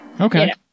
Okay